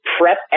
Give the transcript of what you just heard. prep